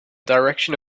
direction